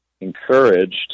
encouraged